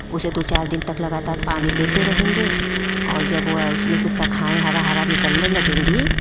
उसे दो चार दिन लगातार पानी देते रहेंगे और जब उसमें से शाखाएँ हराह रा निकलने लगेंगी